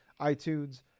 iTunes